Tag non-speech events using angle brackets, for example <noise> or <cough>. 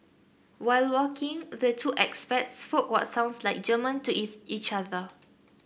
while walking the two expats spoke what sounds like German to <unintelligible> each other